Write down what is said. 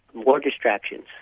more distractions.